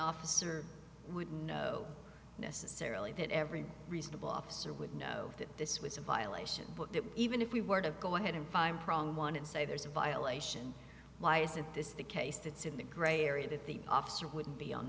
officer would know necessarily that every reasonable officer would know that this was a violation that even if we were to go ahead and find wrong one and say there's a violation why isn't this the case that's in the gray area that the officer would be on